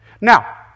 Now